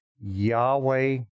Yahweh